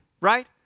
right